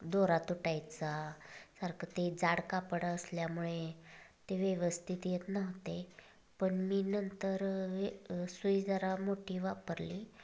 दोरा तुटायचा सारखं ते जाड कापड असल्यामुळे ते व्यवस्थित येत नव्हते पण मी नंतर सुई जरा मोठी वापरली